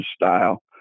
style